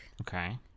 Okay